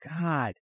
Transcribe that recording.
God